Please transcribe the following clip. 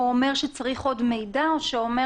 אומר שצריך עוד מידע או שאומר